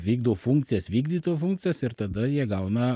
vykdo funkcijas vykdytojo funkcijas ir tada jie gauna